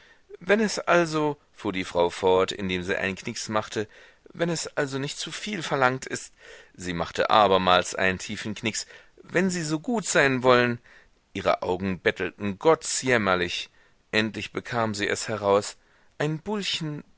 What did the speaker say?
wenn es also fuhr die frau fort indem sie einen knicks machte wenn es also nicht zuviel verlangt ist sie machte abermals einen tiefen knicks wenn sie so gut sein wollen ihre augen bettelten gottsjämmerlich endlich bekam sie es heraus ein bullchen